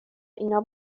اینا